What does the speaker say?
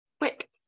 quick